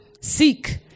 Seek